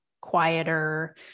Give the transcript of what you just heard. quieter